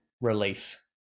relief